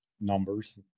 numbers